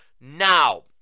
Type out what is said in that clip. now